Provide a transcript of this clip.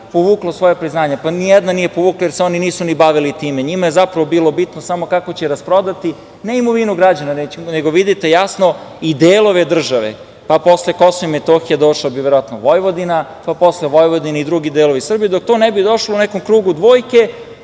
povuklo svoje priznanje. Ni jedna nije povukla, jer se oni nisu ni bavili time. Njima je zapravo bilo bitno samo kako će rasprodati, ne imovinu građana, nego vidite jasno i delove države, pa posle Kosova i Metohije došla bi verovatno Vojvodina, pa posle Vojvodine i drugi delovi Srbije. Dok to ne bi došlo u nekom krugu dvojke